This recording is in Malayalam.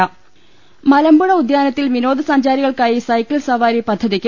ൾ ൽ ൾ മലമ്പുഴ ഉദ്യാനത്തിൽ വിനോദസഞ്ചാരികൾക്കായി സൈക്കിൾ സവാരി പദ്ധതിക്ക്